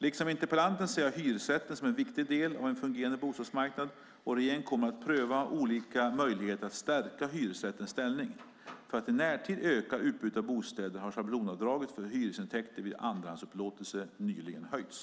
Liksom interpellanten ser jag hyresrätten som en viktig del av en fungerande bostadsmarknad, och regeringen kommer att pröva olika möjligheter att stärka hyresrättens ställning. För att i närtid öka utbudet av bostäder har schablonavdraget för hyresintäkter vid andrahandsupplåtelse nyligen höjts.